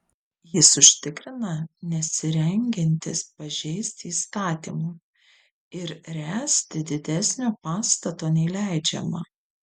jis užtikrina nesirengiantis pažeisti įstatymo ir ręsti didesnio pastato nei leidžiama